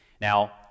Now